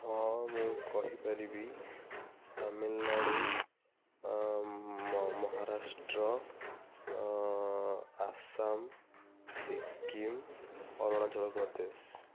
ହଁ ମୁଁ କହିପାରିବି ତାମିଲନାଡ଼ୁ ମହାରାଷ୍ଟ୍ର ଆସାମ ସିକିମ୍ ଅରୁଣାଚଳପ୍ରଦେଶ